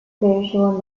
spiritual